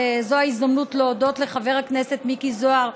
וזו ההזדמנות להודות לחבר הכנסת מיקי זוהר,